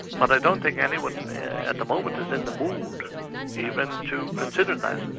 but i don't think anyone at the moment is in the mood even to consider that.